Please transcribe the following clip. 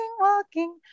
walking